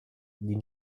die